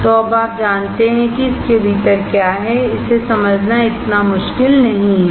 तो अब आप जानते हैं कि इसके भीतर क्या है इसे समझना इतना मुश्किल नहीं है